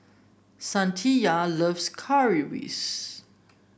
Saniya loves Currywurst